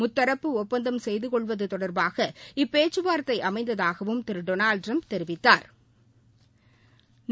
முத்தரப்பு ஒப்பந்தம் செய்து கொள்வது தொடர்பாக இப்பேச்சுவார்த்தை அமைந்ததாகவும் திரு டொனால்டு ட்டிரம்ப் தெரிவித்தாா்